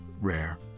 Rare